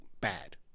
bad